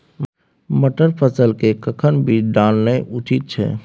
मटर फसल के कखन बीज डालनाय उचित छै?